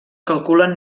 calculen